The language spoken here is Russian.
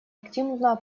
активно